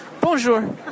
Bonjour